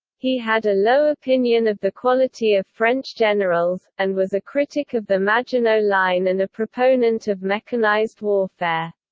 he had a low opinion of the quality of french generals, and was a critic of the maginot line and a proponent of mechanised warfare.